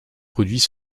produits